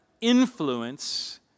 influence